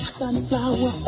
sunflower